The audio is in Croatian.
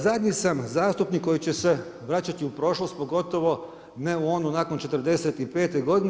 Zadnji sam zastupnik koji će se vraćati u prošlost pogotovo ne u onu nakon 45 godine.